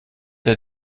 der